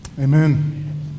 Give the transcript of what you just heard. Amen